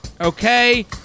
okay